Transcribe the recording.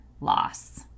loss